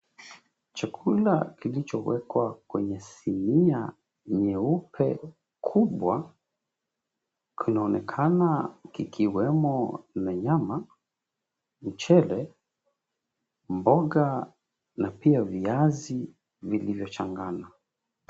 Chakula kilichowekwa kwenye sinia nyeupe kubwa. Kinaonekana kikiwemo na nyama, mchele, mboga na pia viazi vilivyochanganywa.